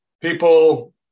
people